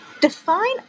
define